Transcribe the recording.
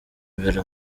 imbere